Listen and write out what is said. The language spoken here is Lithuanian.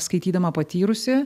skaitydama patyrusi